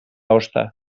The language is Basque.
ozta